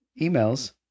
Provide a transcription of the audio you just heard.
emails